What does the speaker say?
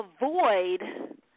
avoid